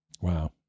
Wow